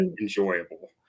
enjoyable